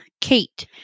Kate